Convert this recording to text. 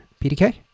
PDK